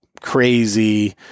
crazy